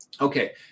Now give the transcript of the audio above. Okay